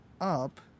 up